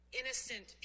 innocent